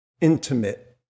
intimate